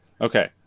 Okay